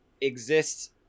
exists